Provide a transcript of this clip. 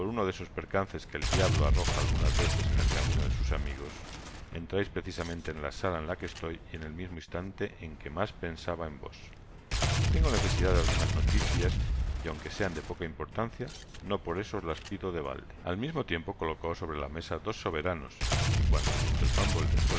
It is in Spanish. uno de esos percances que el diablo arroja algunas veces en el camino de sus amigos entrais precisamente en la sala en que estoy y en el mismo instante en que mas pensaba en vos tengo necesidad de algunas noticias y aun que sean de poca importancia no por eso os las pido de valde al mismo tiempo colocó sobre la mesa dos soberanos y cuan